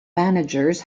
managers